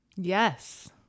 Yes